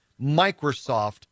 Microsoft